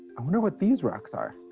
i wonder what these rocks are?